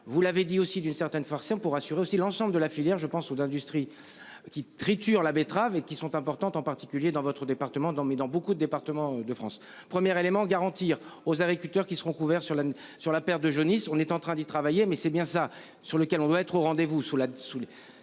Vous l'avez dit aussi d'une certaine forcément pour assurer aussi l'ensemble de la filière. Je pense aux d'industries. Qui triture la betterave et qui sont importantes, en particulier dans votre département dans mes, dans beaucoup de départements de France Première éléments garantir aux agriculteurs qui seront couverts sur la sur la perte de jaunisse, on est en train d'y travailler, mais c'est bien ça sur lequel on doit être au rendez-vous